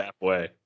halfway